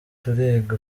turiga